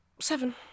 seven